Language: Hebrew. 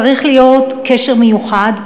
צריך להיות קשר מיוחד,